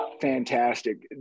fantastic